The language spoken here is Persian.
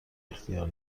اختیار